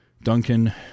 Duncan